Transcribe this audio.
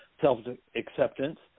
self-acceptance